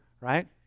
right